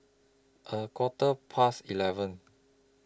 A Quarter Past eleven